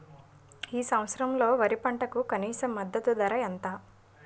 ఈ సంవత్సరంలో వరి పంటకు కనీస మద్దతు ధర ఎంత?